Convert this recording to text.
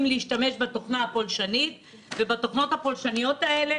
להשתמש בתוכנה הפולשנית ובתוכנות הפולשניות האלה,